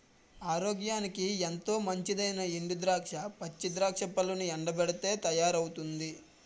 ఆరోగ్యానికి ఎంతో మంచిదైనా ఎండు ద్రాక్ష, పచ్చి ద్రాక్ష పళ్లను ఎండబెట్టితే తయారవుతుంది